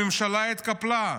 הממשלה התקפלה,